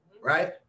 right